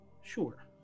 sure